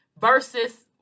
versus